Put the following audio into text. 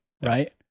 right